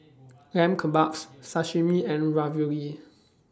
Lamb Kebabs Sashimi and Ravioli